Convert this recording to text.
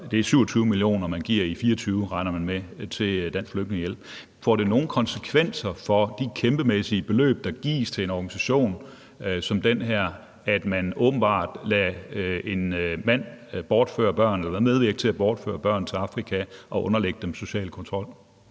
nemlig 27 mio. kr. i 2024 regner man med. Får det nogle konsekvenser for de kæmpemæssige beløb, der gives til en organisation som den her, at man åbenbart lader en mand medvirke til at bortføre børn til Afrika og underlægge dem social kontrol?